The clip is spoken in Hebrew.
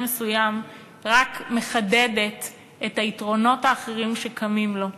מסוים רק מחדדת את היתרונות האחרים שקמים לו.